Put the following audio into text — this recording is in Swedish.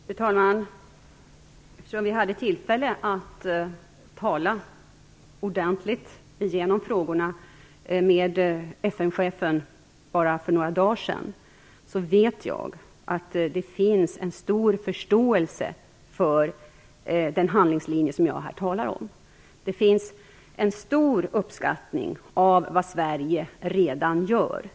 Fru talman! Eftersom vi hade tillfälle att ordentligt gå igenom dessa frågor med FN-chefen för bara några dagar sedan, vet jag att det finns en stor förståelse för den handlingslinje som jag här talar om. Det finns en stor uppskattning för vad Sverige redan gör.